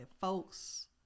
folks